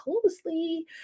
closely